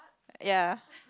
ya